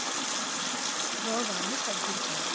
రోగాన్ని తగ్గించారు